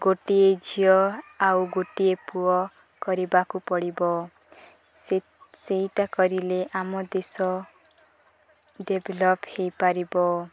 ଗୋଟିଏ ଝିଅ ଆଉ ଗୋଟିଏ ପୁଅ କରିବାକୁ ପଡ଼ିବ ସେଇଟା କରିଲେ ଆମ ଦେଶ ଡେଭଲପ୍ ହୋଇପାରିବ